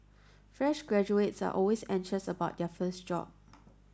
fresh graduates are always anxious about their first job